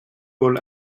wool